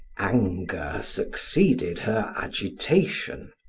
anger succeeded her agitation.